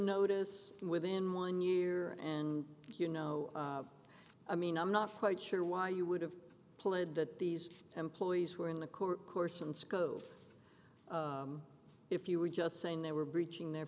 notice within one year and you know i mean i'm not quite sure why you would have pled that these employees were in the court course and sco if you were just saying they were breaching their